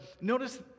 notice